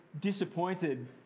disappointed